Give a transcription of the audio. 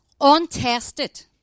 untested